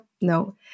No